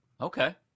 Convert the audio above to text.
Okay